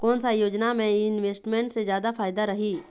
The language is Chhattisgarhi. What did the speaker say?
कोन सा योजना मे इन्वेस्टमेंट से जादा फायदा रही?